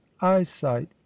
eyesight